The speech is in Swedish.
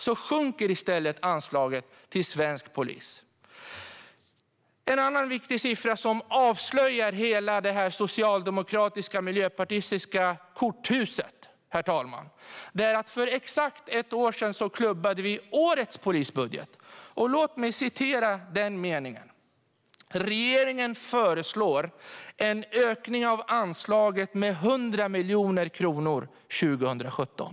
Anslaget till svensk polis sjunker. Det finns en annan viktig siffra som avslöjar det socialdemokratiska och miljöpartistiska korthuset, herr talman. För exakt ett år sedan klubbade vi årets polisbudget. Låt mig läsa en mening: Regeringen föreslår en ökning av anslaget med 100 miljoner kronor 2017.